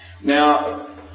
Now